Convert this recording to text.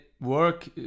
work